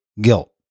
guilt